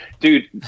dude